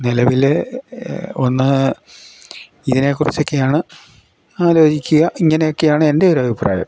നിലവിൽ ഒന്ന് ഇതിനെക്കുറിച്ചൊക്കെയാണ് ആലോചിക്കുക ഇങ്ങനെയൊക്കെയാണ് എൻ്റെയൊരഭിപ്രായം